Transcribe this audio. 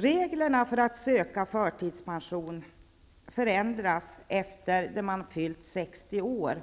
Reglerna för att söka förtidspension förändras efter det att man fyllt 60 år.